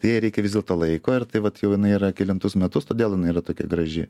jai reikia vis dėlto laiko ir tai vat jau jinai yra kelintus metus todėl jinai yra tokia graži